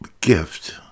gift